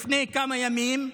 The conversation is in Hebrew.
לפני כמה ימים,